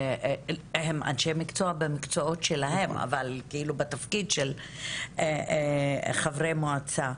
הם אנשי מקצוע במקצועות שלהם אבל בתפקיד של חברי מועצה,